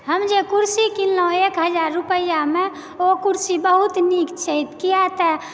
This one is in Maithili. हम जे कुर्सी किनलहुँ एक हजार रुपैआमे ओ कुर्सी बहुत नीक छै किआतऽ